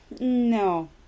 No